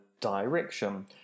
direction